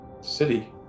City